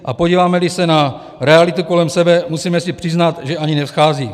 A podívámeli se na realitu kolem sebe, musíme si přiznat, že ani nevchází.